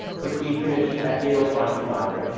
which we imaged at yale's beinecke library.